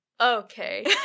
Okay